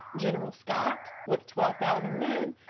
general scott, with twelve thousand men,